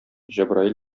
җәбраил